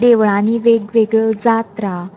देवळांनी वेगवेगळ्यो जात्रा